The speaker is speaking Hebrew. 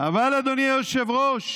אבל אדוני היושב-ראש,